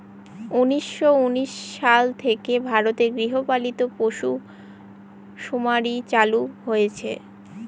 উনিশশো উনিশ সাল থেকে ভারতে গৃহপালিত পশুসুমারী চালু হয়েছে